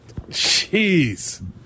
Jeez